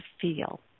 feel